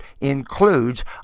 includes